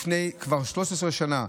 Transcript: כבר לפני 13 שנה,